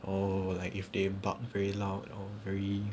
oh like if they bark very loud or very